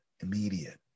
immediate